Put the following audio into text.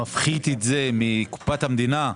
מפחית את זה מקופת המדינה,